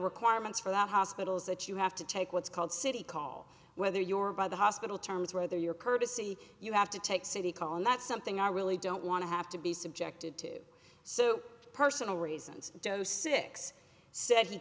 requirements for that hospitals that you have to take what's called city call whether your by the hospital terms whether your courtesy you have to take city call and that's something i really don't want to have to be subjected to so personal reasons joe six s